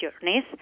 journeys